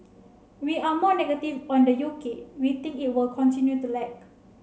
we are more negative on the U K we think it will continue to lag